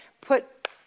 put